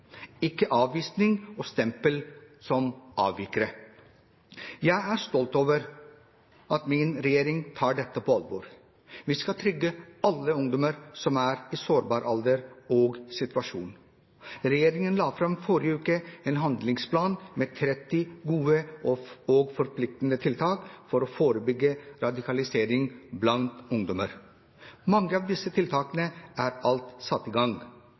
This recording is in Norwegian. ikke avvisning og stempel som avvikere. Jeg er stolt over at min regjering tar dette på alvor. Vi skal trygge alle ungdommer som er i sårbar alder og situasjon. Regjeringen la forrige uke fram en handlingsplan med 30 gode og forpliktende tiltak for å forebygge radikalisering blant ungdommer. Mange av disse tiltakene er alt satt i gang.